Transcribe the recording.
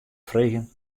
freegjen